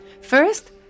First